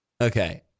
Okay